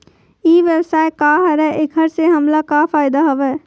ई व्यवसाय का हरय एखर से हमला का फ़ायदा हवय?